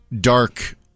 dark